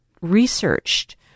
researched